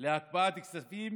להקפאת כספים